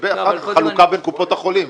ואחר כך החלוקה בין קופות החולים.